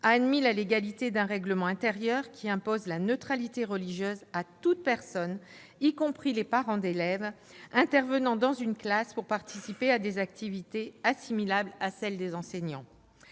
a admis la légalité d'un règlement intérieur imposant la neutralité religieuse à toute personne, y compris les parents d'élèves, intervenant dans une classe pour participer à des activités assimilables à celles des enseignants.